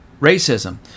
Racism